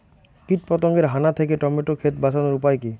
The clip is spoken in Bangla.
কীটপতঙ্গের হানা থেকে টমেটো ক্ষেত বাঁচানোর উপায় কি?